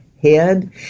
head